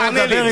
בוא, דבר איתי.